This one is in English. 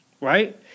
right